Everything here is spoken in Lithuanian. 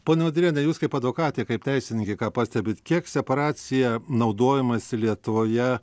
ponia udriene jūs kaip advokatė kaip teisininkė ką pastebit kiek separacija naudojamasi lietuvoje